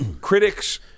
critics